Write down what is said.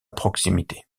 proximité